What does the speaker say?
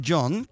John